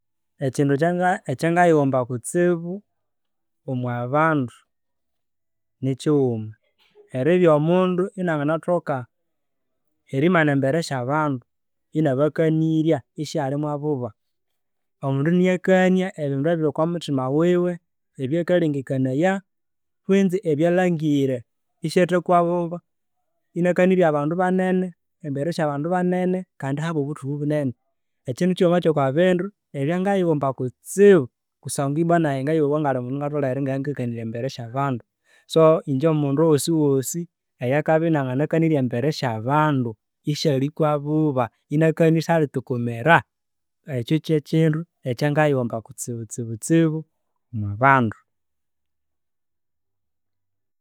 Ekindu ekyangayighomba kutsibu omwa bandu, nikighuma, eribya omundu inanganothoka erimana embere syabandu iniabakanirya isyali mwobuba. Omundu iniakania ebindu ebiri okwa muthima wuwe ebyakalengekanaya kwinzi ebyalhangire isyathakwa obuba, iniakanirya abandu banene embere sya bandu banene kandi habwa buthuku bunene. Ekyo ni kighuma kyokwa bindu ebya ngayighomba kutsibu kusngwa ibwa nayi ngayowa ngatholere ingabya ngakanirya embere sya bandu banene kutsibu. So ingye omundu wosiwosi oyukabya iniangankanirya embere sybandu banene kutsibu isyalikwa obuba iniakania isylithukumira, ekyo kye kindu ekyangayighomba kitsibutsibu omwa bandu.